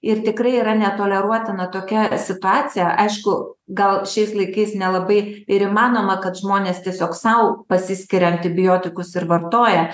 ir tikrai yra netoleruotina tokia situacija aišku gal šiais laikais nelabai ir įmanoma kad žmonės tiesiog sau pasiskiria antibiotikus ir vartoja